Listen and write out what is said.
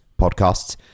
podcasts